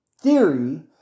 theory